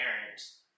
parents